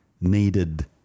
needed